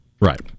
Right